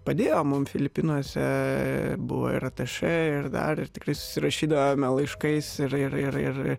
padėjo mum filipinuose buvo ir atašė ir dar ir tikrai susirašydavome laiškais ir ir ir ir